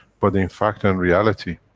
but in fact and reality,